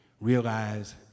realize